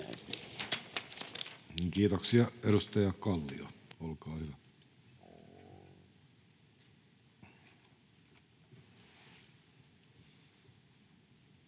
Kiitoksia.